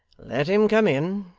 let him come in